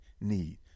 need